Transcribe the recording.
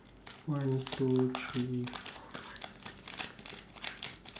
one two three four five six seven eight nine